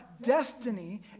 destiny